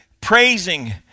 praising